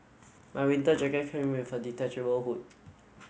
my winter jacket came with a detachable hood